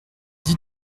dix